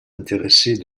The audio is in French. intéressés